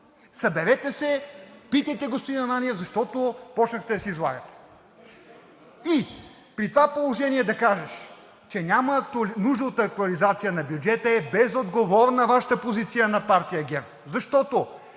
Съберете се, питайте господин Ананиев, защото започнахте да се излагате! При това положение да кажеш, че няма нужда от актуализация на бюджета, е безотговорна Вашата позиция на партия ГЕРБ, защото